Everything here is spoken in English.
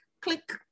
click